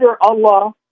Allah